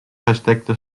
versteckte